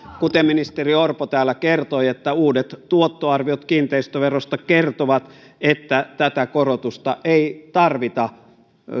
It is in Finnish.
kuten ministeri orpo täällä kertoi että uudet tuottoarviot kiinteistöverosta kertovat että tätä korotusta ei tarvita